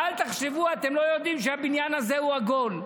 ואל תחשבו, אתם לא יודעים שהבניין הזה הוא עגול?